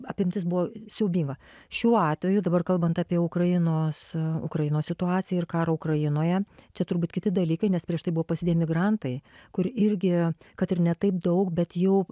apimtis buvo siaubinga šiuo atveju dabar kalbant apie ukrainos ukrainos situaciją ir karą ukrainoje čia turbūt kiti dalykai nes prieš tai buvo pasidėję migrantai kurie irgi kad ir ne taip daug bet jau